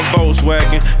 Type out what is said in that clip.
Volkswagen